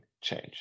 change